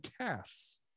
casts